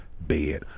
bed